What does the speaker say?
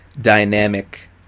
Dynamic